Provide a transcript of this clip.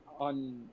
on